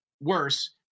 worse